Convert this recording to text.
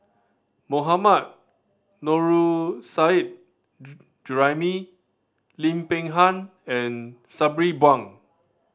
Mohammad Nurrasyid Juraimi Lim Peng Han and Sabri Buang